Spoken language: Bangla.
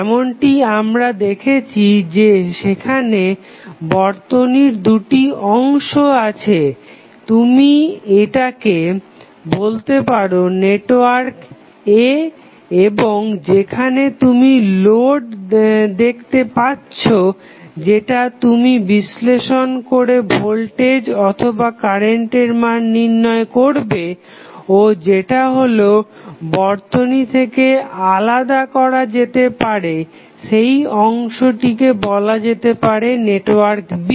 যেমনটি আমরা দেখছি যে সেখানে বর্তনীর দুটি অংশ আছে তুমি এটাকে বলতে পারো নেটওয়ার্ক A এবং যেখানে তুমি লোড দেখেতে পাচ্ছো যেটা তুমি বিশ্লেষণ করে ভোল্টেজ অথবা কারেন্টের মান নির্ণয় করবে ও যেটা মূল বর্তনী থেকে আলাদা করা যেতে পারে সেই অংশটিকে বলা যেতে পারে নেটওয়ার্ক B